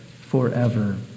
forever